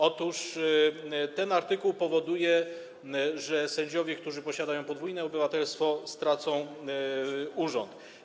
Otóż ten artykuł powoduje, że sędziowie, którzy posiadają podwójne obywatelstwo, stracą urząd.